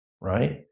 Right